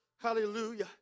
Hallelujah